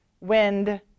wind